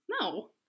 no